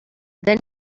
then